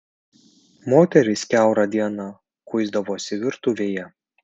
moterys kiaurą dieną kuisdavosi virtuvėje